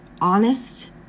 honest